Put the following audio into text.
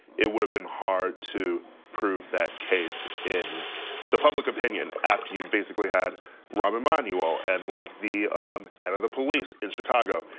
it would have been hard to prove that case in the public opinion. after you've basically had rahm emanuel and like the head of the police in chicago,